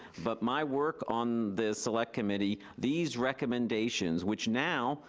but my work on the select committee, these recommendations, which now,